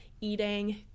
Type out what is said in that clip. eating